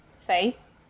face